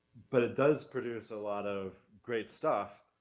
but it does produce a lot of great stuff,